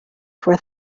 for